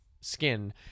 skin